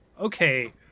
okay